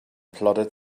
plodded